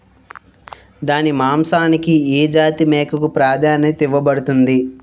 దాని మాంసానికి ఏ జాతి మేకకు ప్రాధాన్యత ఇవ్వబడుతుంది?